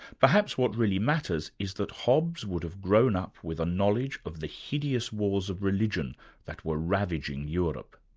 perhaps what really matters is that hobbes would have grown up with a knowledge of the hideous wars of religion that were ravaging europe.